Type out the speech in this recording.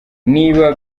niba